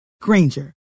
Granger